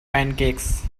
pancakes